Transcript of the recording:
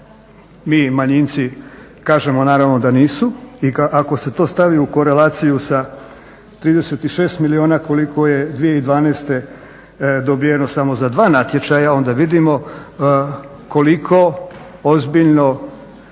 mi manjinci kažemo naravno da nisu i ako se to stavi u korelaciju sa 36 milijuna koliko je 2012. dobijeno samo za dva natječaja onda vidimo koliko ozbiljno